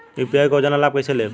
UP क योजना क लाभ कइसे लेब?